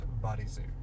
bodysuit